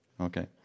Okay